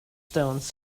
stones